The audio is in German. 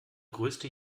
größte